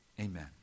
amen